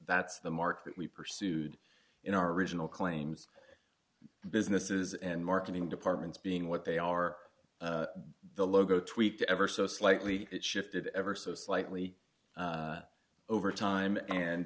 that's the mark that we pursued in our original claims businesses and marketing departments being what they are the logo tweak the ever so slightly shifted ever so slightly over time and